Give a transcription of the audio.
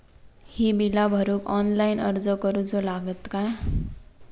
ही बीला भरूक ऑनलाइन अर्ज करूचो लागत काय?